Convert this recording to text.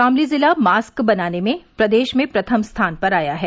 शामली जिला मास्क बनाने में प्रदेश में प्रथम स्थान पर आया है